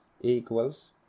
equals